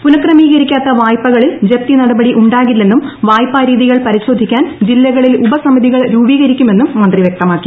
പുനക്രമീകരിക്കാത്ത വായ്പകളിൽ ജപ്തി നടപടി ഉണ്ടാകില്ലെന്നും വായ്പാരീതികൾ പരിശോധിക്കാൻ ജില്ലകളിൽ ഉപസമിതികൾ രൂപീകരിക്കുമെന്നും മന്ത്രി വ്യക്തമാക്കി